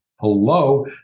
Hello